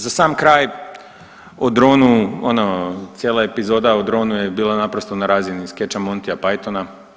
Za sam kraj o dronu, ono cijela epizoda o dronu je bila naprosto na razini skeča Monty Pythona.